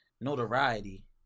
notoriety